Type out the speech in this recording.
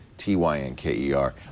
T-Y-N-K-E-R